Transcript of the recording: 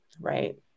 Right